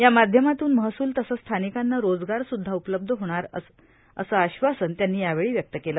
या माध्यमातून महसूल तसंच स्थानिकांवा रोजगार सुद्धा उपलब्ध होणार असं आश्वासन त्यांनी यावेही व्यक्त केलं